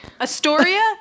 Astoria